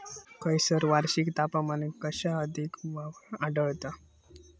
खैयसर वार्षिक तापमान कक्षा अधिक आढळता?